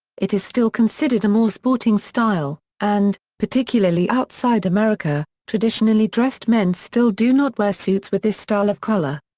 it is still considered a more sporting style, and, particularly outside america, traditionally dressed men still do not wear suits with this style of collar.